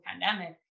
pandemic